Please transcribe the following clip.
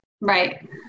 Right